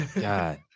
god